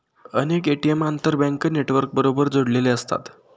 अनेक ए.टी.एम आंतरबँक नेटवर्कबरोबर जोडलेले असतात